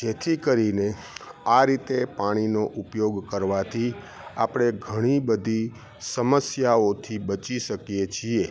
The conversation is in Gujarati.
જેથી કરીને આ રીતે પાણીનો ઉપયોગ કરવાથી આપણે ઘણી બધી સમસ્યાઓથી બચી શકીએ છીએ